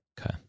Okay